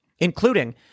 including